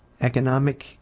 economic